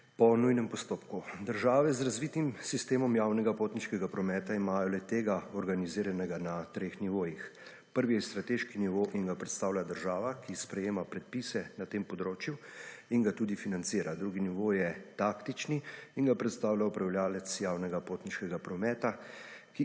po nujnem postopku. Države z razvitim sistemom javnega potniškega prometa imajo le-tega organiziranega na treh nivojih. Prvi je strateški nivo in ga predstavlja država, ki sprejema predpise na tem področju in ga tudi financira. Drugi nivo je taktični in ga predstavlja upravljavcev javnega potniškega prometa,